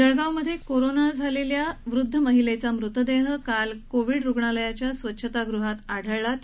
जळगावमधे corona झालेल्या वृद्ध महिलेचा मृतदेह काल कोविड रुणालयाच्या स्वच्छतागृहात आढळला होता